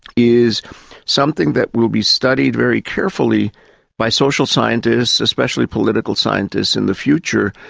is something that will be studied very carefully by social scientists, especially political scientists in the future,